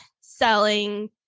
selling